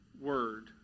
word